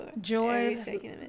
Joy